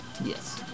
Yes